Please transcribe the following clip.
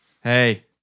Hey